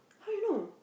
how you know